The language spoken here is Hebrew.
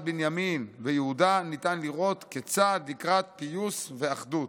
בנימין ויהודה ניתן לראות כצעד לקראת פיוס ואחדות.